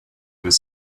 was